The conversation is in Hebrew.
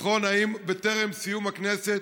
לבחון אם בטרם סיום הכנסת